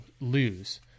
lose